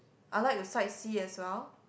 I like to sightsee as well